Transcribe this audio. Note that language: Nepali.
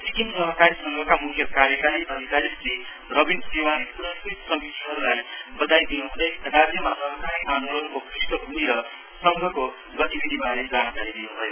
सिक्किम सहकारी संघका मुख्य कार्यकारी अधिकारी श्री रबिन सेवाले पुरस्कृत समितिहरुलाई बधाई दिनुहुँदै राज्यमा सहकारी आन्दोलनको पृष्ठभूमि र संघका गतिविधिहरुवारे जानकारी दिनुभयो